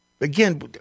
Again